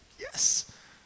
yes